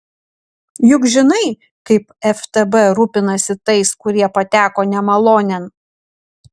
juk žinai kaip ftb rūpinasi tais kurie pateko nemalonėn